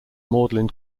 magdalen